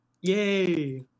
Yay